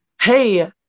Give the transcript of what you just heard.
hey –